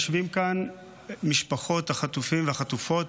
יושבות כאן משפחות החטופים והחטופות,